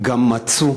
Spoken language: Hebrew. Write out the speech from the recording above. גם מצאו